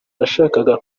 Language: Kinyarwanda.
nashakaga